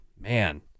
man